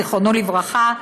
זיכרונו לברכה,